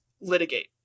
litigate